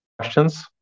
questions